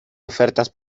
ofertas